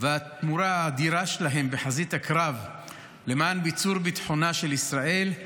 ואת התמורה האדירה שלהם בחזית הקרב למען ביצור ביטחונה של ישראל,